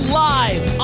live